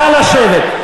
נא לשבת.